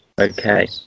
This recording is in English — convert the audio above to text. okay